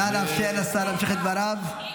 נא לאפשר לשר להמשיך בדבריו.